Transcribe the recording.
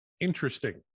Interesting